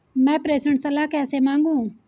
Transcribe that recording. मैं प्रेषण सलाह कैसे मांगूं?